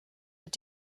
mit